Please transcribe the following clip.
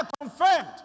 confirmed